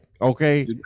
Okay